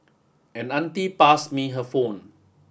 an auntie passed me her phone